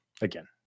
again